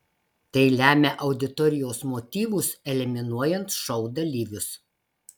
tai lemia auditorijos motyvus eliminuojant šou dalyvius